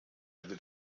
wird